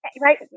Right